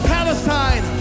Palestine